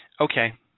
Okay